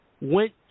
went